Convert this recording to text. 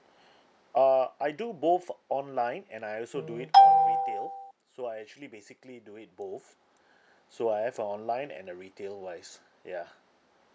uh I do both online and I also do it on retail so I actually basically do it both so I have a online and a retail wise ya